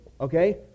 Okay